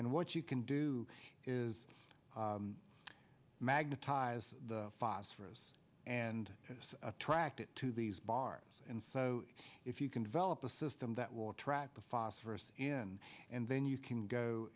and what you can do is magnetized the phosphorus and is attracted to these bars and so if you can develop a system that will track the phosphorus in and then you can go